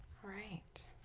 right